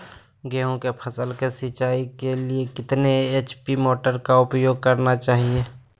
गेंहू की फसल के सिंचाई के लिए कितने एच.पी मोटर का उपयोग करना चाहिए?